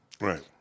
right